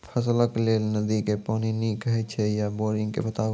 फसलक लेल नदी के पानि नीक हे छै या बोरिंग के बताऊ?